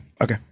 okay